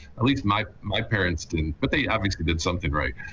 at least my my parents didn't. but they obviously did something right.